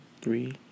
three